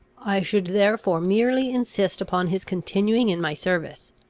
i should therefore merely insist upon his continuing in my service.